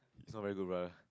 it's not very good bruh